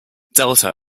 delta